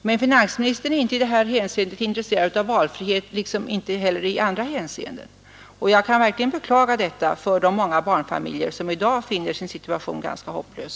Men finansministern är inte i det här hänseendet intresserad av valfrihet, liksom inte heller i andra hänseenden. Jag beklagar verkligen detta med hänsyn till de många barnfamiljer som i dag finner sin situation ganska hopplös.